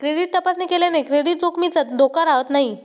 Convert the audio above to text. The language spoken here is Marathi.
क्रेडिट तपासणी केल्याने क्रेडिट जोखमीचा धोका राहत नाही